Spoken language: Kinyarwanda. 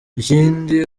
ikindi